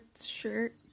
shirt